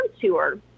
tour